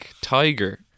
tiger